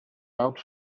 out